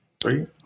Three